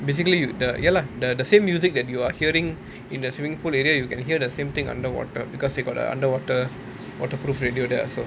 basically the ya lah the the same music that you are hearing in the swimming pool radio you can hear the same thing underwater because they got the underwater waterproof radio there also